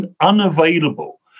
unavailable